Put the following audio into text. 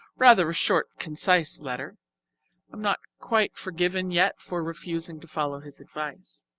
rather a short concise letter i'm not quite forgiven yet for refusing to follow his advice.